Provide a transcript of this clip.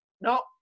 No